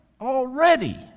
already